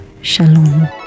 Shalom